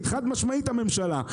חד משמעית הממשלה,